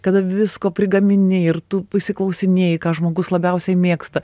kada visko prigamini ir tu išsiklausinėjai ką žmogus labiausiai mėgsta